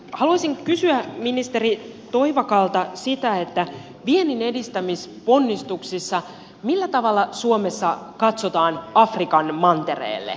haluaisin kysyä ministeri toivakalta sitä millä tavalla vienninedistämisponnistuksissa suomessa katsotaan afrikan mantereelle